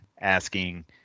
asking